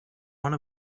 one